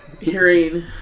Hearing